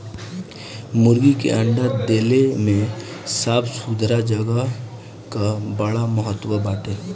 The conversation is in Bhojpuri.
मुर्गी के अंडा देले में साफ़ सुथरा जगह कअ बड़ा महत्व बाटे